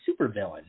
supervillain